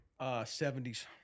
70s